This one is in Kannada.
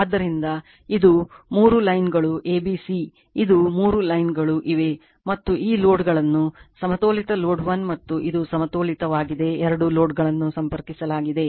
ಆದ್ದರಿಂದ ಇದು ಮೂರು line ಗಳು a b c ಇದು ಮೂರು line ಗಳು ಇವೆ ಮತ್ತು ಈ ಲೋಡ್ಗಳನ್ನು ಸಮತೋಲಿತ ಲೋಡ್ 1 ಮತ್ತು ಇದು ಸಮತೋಲಿತವಾಗಿದೆ 2 ಲೋಡ್ಗಳನ್ನು ಸಂಪರ್ಕಿಸಲಾಗಿದೆ